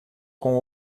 com